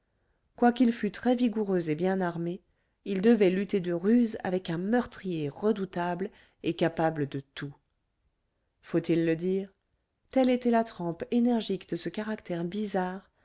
quoiqu'il fût très vigoureux et bien armé il devait lutter de ruse avec un meurtrier redoutable et capable de tout faut-il le dire telle était la trempe énergique de ce caractère bizarre